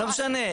לא משנה.